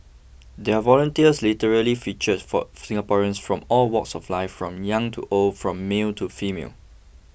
their volunteers literally features for Singaporeans from all walks of life from young to old from male to female